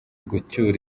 gucyura